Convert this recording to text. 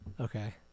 Okay